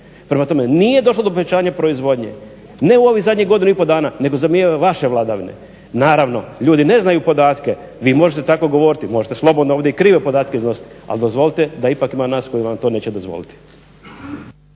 Prema tome, nije došlo do povećanja proizvodnje ne u ovih zadnjih godinu i pol dana nego za vrijeme vaše vladavine. Naravno, ljudi ne znaju podatke, vi možete tako govoriti, možete slobodno ovdje i krive podatke iznositi, ali dozvolite da ipak ima nas koji vam to neće dozvoliti.